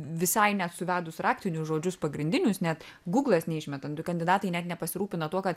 visai net suvedus raktinius žodžius pagrindinius net gūglas neišmetant du kandidatai net nepasirūpino tuo kad